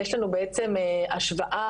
יש לנו בעצם השוואה